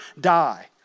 die